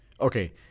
Okay